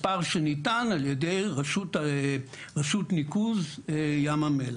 מספר שניתן על ידי רשות ניקוז ים המלח.